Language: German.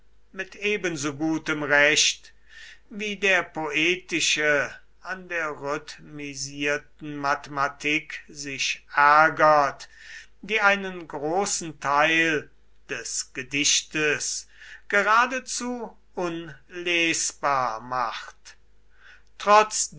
mit ebensogutem recht wie der poetische an der rhythmisierten mathematik sich ärgert die einen großen teil des gedichtes geradezu unlesbar macht trotz